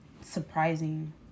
surprising